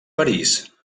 parís